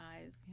eyes